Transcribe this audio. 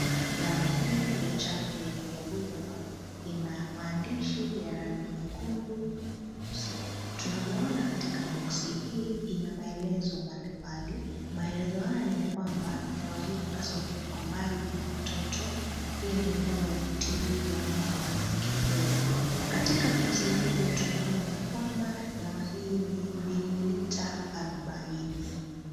Dawa hii ya chanjo ya Buvanol ina maandishi ya rangi nyekundu na nyeusi. Tunavyona katika boksi hii ina maelezo mbali mbali, maelezo haya niya kwamba dawa hii inapaswa kuwekwa mbali na watoto. Na pia ni dawa ya kutibu wanyama peke. Katika boksi hii pia tunaona ya kwamba dawa hii ni mililita arobanne.